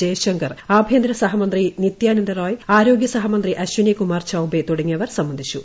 ജയശങ്കർ ആഭ്യന്തര സഹമന്ത്രി നിത്യാനന്ദ റായ് ആരോഗ്യ സഹമന്ത്രി അശ്വിനികുമാർ ചൌബെ തുടങ്ങിയവർ സംബന്ധിച്ചു